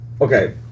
Okay